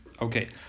Okay